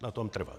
Na tom trvám.